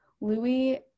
Louis